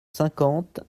cinquante